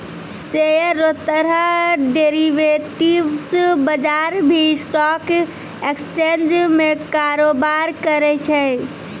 share रो तरह derivatives बजार भी स्टॉक एक्सचेंज में कारोबार करै छै